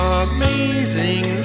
amazing